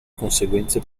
conseguenze